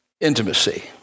Intimacy